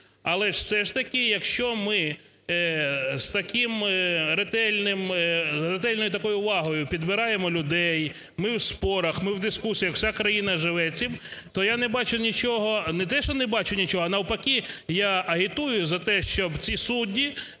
але все ж таки, якщо ми з ретельною такою увагою підбираємо людей, ми в спорах, ми в дискусіях, вся країна живе цим, то я не бачу нічого… не те що не бачу нічого, а навпаки, я агітую за те, щоб ці судді